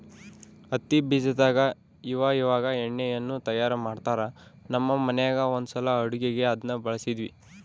ಹತ್ತಿ ಬೀಜದಾಗ ಇವಇವಾಗ ಎಣ್ಣೆಯನ್ನು ತಯಾರ ಮಾಡ್ತರಾ, ನಮ್ಮ ಮನೆಗ ಒಂದ್ಸಲ ಅಡುಗೆಗೆ ಅದನ್ನ ಬಳಸಿದ್ವಿ